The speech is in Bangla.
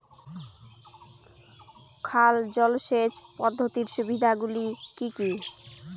খাল জলসেচ পদ্ধতির সুবিধাগুলি কি কি?